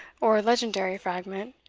or legendary fragment.